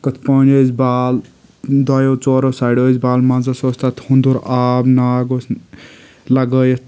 کِتھہٕ کٔنۍ أسۍ بال دوٚیو ژورو سایِڑو أسۍ بال منٛزس اوس تتھ ہُنٛدُر آب ناگ اوس لگٲیِتھ